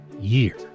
year